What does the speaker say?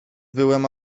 byłem